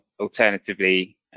Alternatively